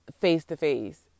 face-to-face